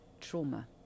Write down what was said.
trauma